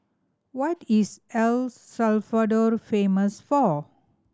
what is L Salvador famous for